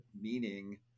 Meaning